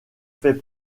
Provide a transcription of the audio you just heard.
faits